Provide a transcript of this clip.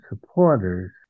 supporters